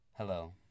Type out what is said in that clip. Hello